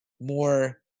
more